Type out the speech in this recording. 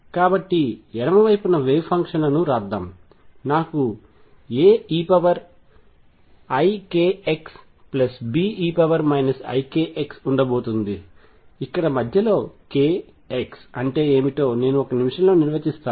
కాబట్టి ఎడమ వైపున వేవ్ ఫంక్షన్లను వ్రాద్దాం నాకు AeikxB e ikx ఉండబోతుంది ఇక్కడ మధ్యలో k x అంటే ఏమిటో నేను ఒక నిమిషంలో నిర్వచిస్తాను